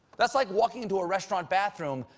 that's like walking into a restaurant bathroom,